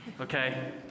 okay